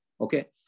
Okay